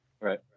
Right